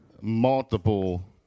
multiple